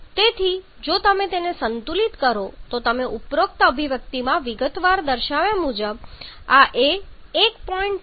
તેથી જો તમે તેમને સંતુલિત કરો છો તો તમે ઉપરોક્ત અભિવ્યક્તિમાં વિગતવાર દર્શાવ્યા મુજબ આ a 1